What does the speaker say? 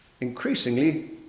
increasingly